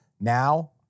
Now